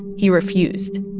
he refused